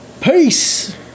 Peace